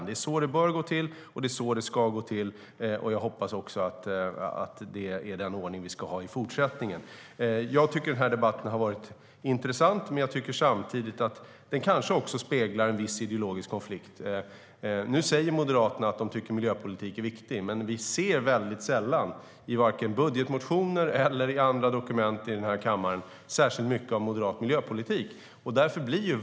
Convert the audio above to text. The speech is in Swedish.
Det är så det bör och ska gå till, och jag hoppas att vi ska ha den ordningen också i fortsättningen. Jag tycker att denna debatt har varit intressant, men jag tycker samtidigt att den speglar en viss ideologisk konflikt. Moderaterna säger att de tycker att miljöpolitik är viktigt, men i budgetmotioner och andra dokument i den här kammaren ser vi inte särskilt mycket av moderat miljöpolitik.